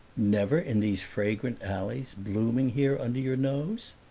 never in these fragrant alleys, blooming here under your nose?